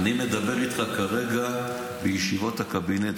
אני מדבר איתך כרגע על ישיבות הקבינט.